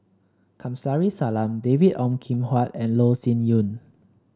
Kamsari Salam David Ong Kim Huat and Loh Sin Yun